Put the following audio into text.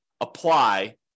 apply